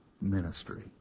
ministry